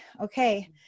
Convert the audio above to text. okay